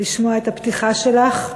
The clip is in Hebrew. לשמוע את הפתיחה שלך,